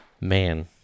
man